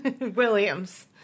Williams